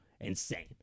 insane